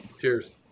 Cheers